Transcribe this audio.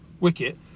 wicket